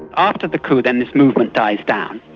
and ah after the coup then this movement dies down,